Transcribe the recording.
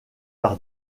par